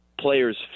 players